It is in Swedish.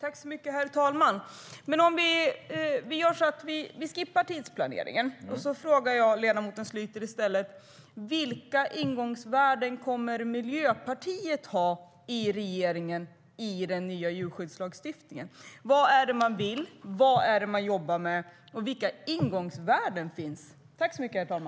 Herr talman! Vi skippar tidsplaneringen, och så frågar jag i stället ledamoten Schlyter: Vilka ingångsvärden kommer Miljöpartiet att ha i regeringen i den nya djurskyddslagstiftningen? Vad är det man vill, vad är det man jobbar med och vilka ingångsvärden har man?